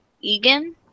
egan